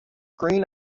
green